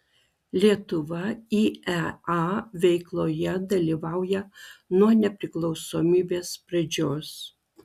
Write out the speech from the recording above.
lietuva iea veikloje dalyvauja nuo nepriklausomybės pradžios